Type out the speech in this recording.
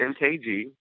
mkg